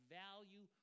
value